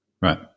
Right